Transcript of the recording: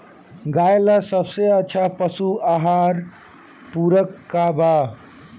गाय ला सबसे अच्छा पशु आहार पूरक का बा?